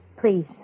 Please